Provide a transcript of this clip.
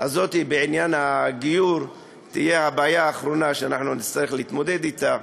הזאת בעניין הגיור תהיה הבעיה האחרונה שאנחנו נצטרך להתמודד אתה.